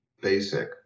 basic